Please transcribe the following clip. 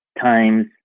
times